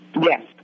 Yes